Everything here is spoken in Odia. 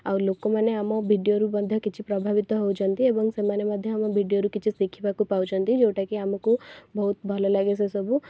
ଆଉ ଲୋକମାନେ ଆମ ଭିଡ଼ିଓରୁ ମଧ୍ୟ କିଛି ପ୍ରଭାବିତ ହେଉଛନ୍ତି ଏବଂ ସେମାନେ ମଧ୍ୟ ଆମ ଭିଡ଼ିଓରୁ କିଛି ଶିଖିବାକୁ ପାଉଛନ୍ତି ଯେଉଁଟାକି ଆମକୁ ବହୁତ ଭଲ ଲାଗେ ସେ ସବୁ